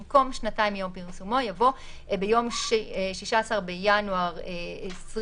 במקום "שנתיים מיום פרסומו" יבוא "ביום 16 ינואר 2022,